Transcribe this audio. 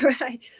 Right